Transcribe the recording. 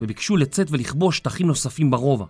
ובקשו לצאת ולכבוש שטחים נוספים ברובע